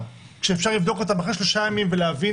כשאפשר לבדוק אותם אחרי שלושה ימים ולהבין